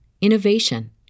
innovation